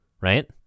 right